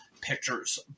pictures